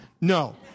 No